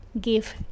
give